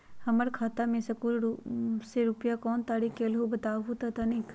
हमर खाता में सकलू से रूपया कोन तारीक के अलऊह बताहु त तनिक?